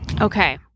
Okay